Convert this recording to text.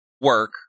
work